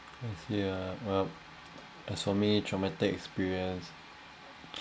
yeah but as for me traumatic experience